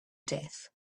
death